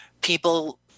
People